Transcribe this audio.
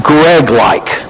Greg-like